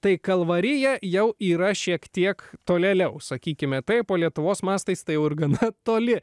tai kalvarija jau yra šiek tiek tolėliau sakykime taip o lietuvos mastais tai gana toli